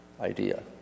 idea